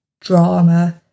drama